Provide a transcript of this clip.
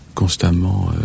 constamment